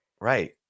Right